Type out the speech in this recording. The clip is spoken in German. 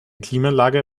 klimaanlage